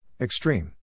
Extreme